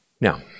Now